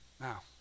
Now